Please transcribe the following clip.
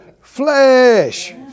flesh